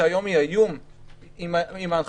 שהיום היא מקור האיום עם ההנחיות,